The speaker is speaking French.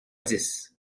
dix